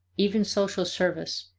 even social service,